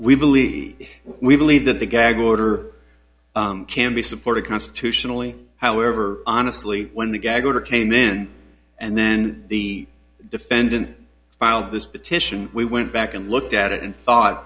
believe we believe that the gag order can be supported constitutionally however honestly when the gag order came in and then the defendant filed this petition we went back and looked at it and thought